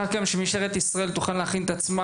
גם משטרת ישראל תוכל להכין את עצמה